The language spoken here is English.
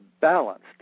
balanced